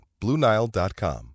BlueNile.com